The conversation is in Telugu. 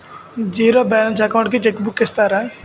జీరో బాలన్స్ అకౌంట్ కి చెక్ బుక్ ఇస్తారా?